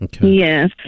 yes